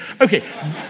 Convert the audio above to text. Okay